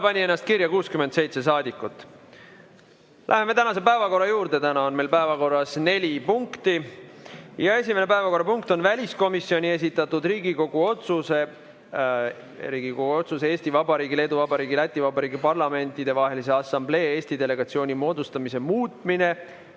pani ennast kirja 67 saadikut. Läheme tänase päevakorra juurde. Täna on meil päevakorras neli punkti. Esimene päevakorrapunkt on väliskomisjoni esitatud Riigikogu otsuse "Riigikogu otsuse "Eesti Vabariigi, Leedu Vabariigi ja Läti Vabariigi Parlamentidevahelise Assamblee Eesti delegatsiooni moodustamine" muutmine"